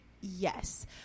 Yes